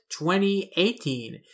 2018